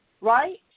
right